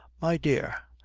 my dear,